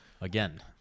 again